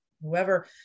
Whoever